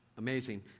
Amazing